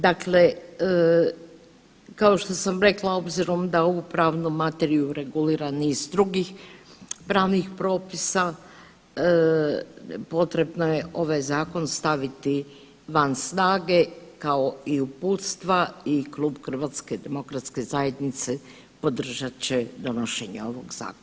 Dakle kao što sam rekla, obzirom da ovu pravnu materiju regulira niz drugih pravnih propisa, potrebno je ovaj Zakon staviti van snage, kao i uputstva i Klub HDZ-a podržat će donošenje ovoga Zakona.